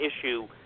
issue